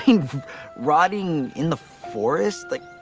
i mean rotting in the forest? like,